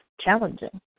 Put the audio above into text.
challenging